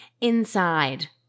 inside